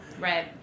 Right